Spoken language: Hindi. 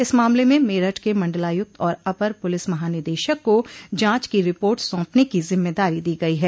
इस मामले में मेरठ के मंडलायुक्त और अपर पुलिस महानिदेशक को जांच की रिपोर्ट सौंपने की जिम्मेदारी दी गई है